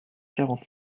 quarante